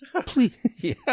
Please